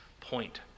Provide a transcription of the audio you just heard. point